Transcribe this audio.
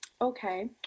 Okay